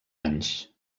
anys